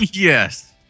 yes